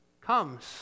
comes